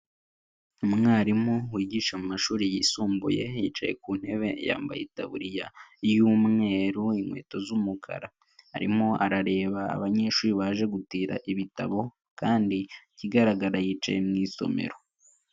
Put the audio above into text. umwarimu wigisha mu mashuri yisumbuye, yicaye ku ntebe yambaye itaburiya y'umweru, inkweto z'umukara. Arimo arareba abanyeshuri baje gutira ibitabo kandi ikigaragara yicaye mu isomero.